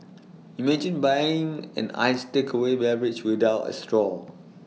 imagine buying an iced takeaway beverage without A straw